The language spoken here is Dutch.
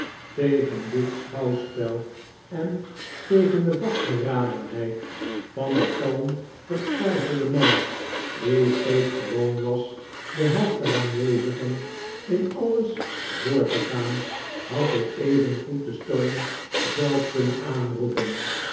tegen dit schouwspel en tegen de vastberadenheid van den kalm vertwijfelden man die steeds gewoon was de helft der aanwezipen in alles voor te gaan had ik evengoed den storm zelf kunnen aanroepen